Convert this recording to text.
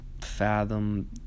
fathom